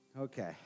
Okay